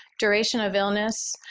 duration of illness,